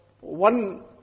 one